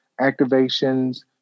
activations